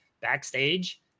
backstage